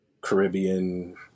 Caribbean